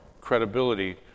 credibility